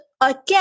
again